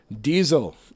Diesel